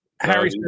Harry